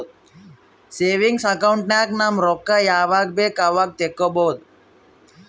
savings account ನಾಗ್ ನಮ್ ರೊಕ್ಕಾ ಯಾವಾಗ ಬೇಕ್ ಅವಾಗ ತೆಕ್ಕೋಬಹುದು